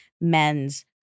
men's